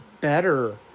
Better